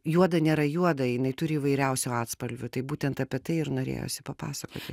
juoda nėra juoda jinai turi įvairiausių atspalvių tai būtent apie tai ir norėjosi papasakoti